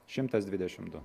šimtas dvidešim du